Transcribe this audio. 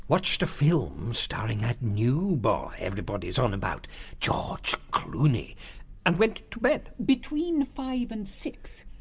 watched a film starring that new boy everybody's on about george clooney and went to bed. between five and six,